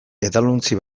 edalontzi